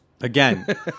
Again